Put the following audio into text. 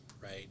right